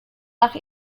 nach